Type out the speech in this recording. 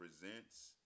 Presents